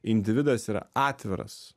individas yra atviras